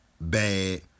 bad